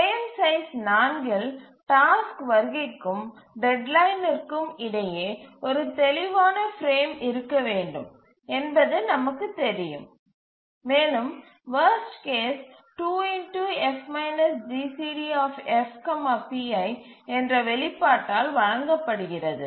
frame size நான்கில் task வருகைக்கும் டெட்லைனிற்கும் இடையே ஒரு தெளிவான பிரேம் இருக்க வேண்டும் என்பது நமக்கு தெரியும் மேலும் worst case 2 F GCD F pi என்ற வெளிப்பாட்டால் வழங்கப்படுகிறது